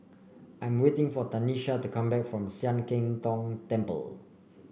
I'm waiting for Tanesha to come back from Sian Keng Tong Temple